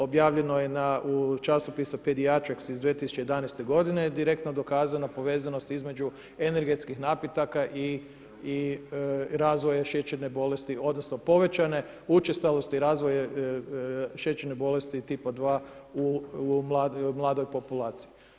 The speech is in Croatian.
Objavljeno je u časopisu … iz 2011. godine direktno dokazana povezanost između energetskih napitaka i razvoja šećerne bolesti, odnosno povećane učestalosti razvoja šećerne bolesti tipa dva u mladoj populaciji.